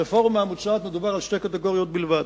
ברפורמה המוצעת מדובר על שתי קטגוריות בלבד.